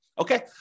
Okay